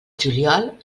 juliol